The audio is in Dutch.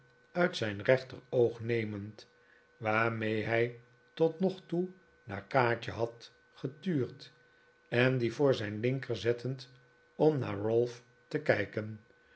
uit zijn rechteroog nemend waarmee hij tot nog toe naar kaatje had getuurd en die voor zijn linker zettend om naar ralph te kijken